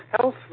health